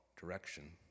direction